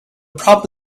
problem